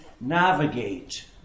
navigate